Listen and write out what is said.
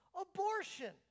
abortion